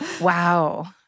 Wow